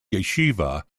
yeshiva